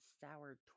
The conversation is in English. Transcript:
sour